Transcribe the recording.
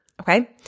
Okay